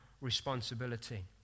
responsibility